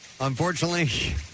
Unfortunately